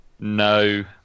No